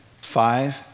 Five